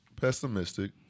pessimistic